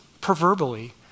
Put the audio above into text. proverbially